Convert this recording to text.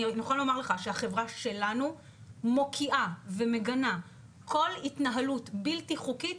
אני יכולה לומר לך שהחברה שלנו מוקיעה ומגנה כל התנהלות בלתי חוקית,